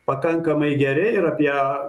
pakankamai geri ir apie